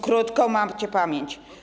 Krótką macie pamięć.